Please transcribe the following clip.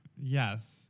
Yes